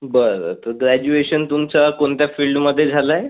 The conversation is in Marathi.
बरं तर ग्रॅज्युएशन तुमचा कोणत्या फील्डमध्ये झालं आहे